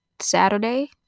Saturday